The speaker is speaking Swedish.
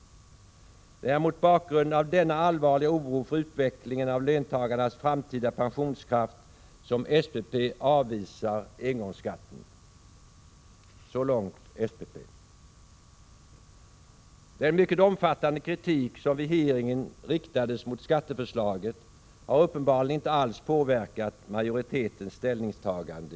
Det är mot bakgrund av denna allvarliga oro för utvecklingen av Så långt SPP. Den mycket omfattande kritik som vid skatteutskottets hearing riktades mot skatteförslaget har uppenbarligen inte alls påverkat majoritetens ställningstagande.